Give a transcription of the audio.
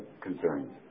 concerns